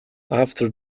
after